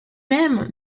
même